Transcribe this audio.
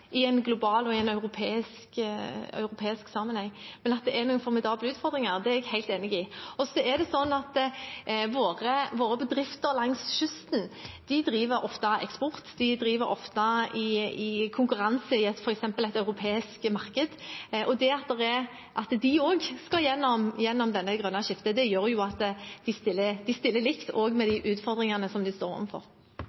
i Norge til å ligge i front på en del ting som gir oss noen fortrinn – ja, noen konkurransefortrinn – i global og europeisk sammenheng. Men at det er noen formidable utfordringer, er jeg helt enig i. Våre bedrifter langs kysten driver ofte med eksport, og de konkurrerer ofte i f.eks. et europeisk marked. Det at de også skal gjennom dette grønne skiftet, gjør at de stiller likt, også med de